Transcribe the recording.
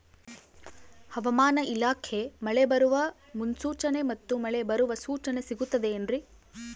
ಹವಮಾನ ಇಲಾಖೆ ಮಳೆ ಬರುವ ಮುನ್ಸೂಚನೆ ಮತ್ತು ಮಳೆ ಬರುವ ಸೂಚನೆ ಸಿಗುತ್ತದೆ ಏನ್ರಿ?